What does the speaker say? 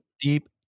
deep